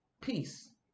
Peace